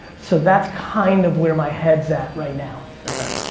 so that's kind of where my head's at right now. okay.